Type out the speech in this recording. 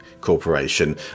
Corporation